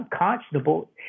unconscionable